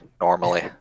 normally